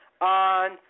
on